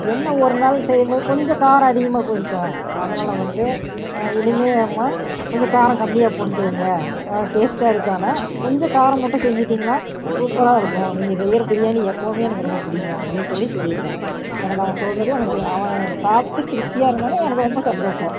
என்ன ஒரு நாள் செய்யும்போது கொஞ்சம் காரம் அதிகமாக போயிடுச்சு அதனால் வந்து இனிமே அம்மா கொஞ்சம் காரம் கம்மியாக போட்டு செய்யுங்க நல்லா டேஸ்ட்டாக இருக்குது ஆனால் கொஞ்சம் காரம் மட்டும் செஞ்சிட்டிங்கன்னால் சூப்பராக இருக்கும் நீங்கள் செய்கிற பிரியாணி எப்போவுமே எனக்கு ரொம்ப பிடிக்கும் அப்படின்னு சொல்லி சொல்லியிருக்காங்க எனக்கு அவன் சொல்கிறது எனக்கு அவன் சாப்பிட்டு திருப்தியாக இருந்தானால் எனக்கு ரொம்ப சந்தோஷம்